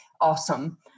awesome